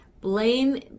blame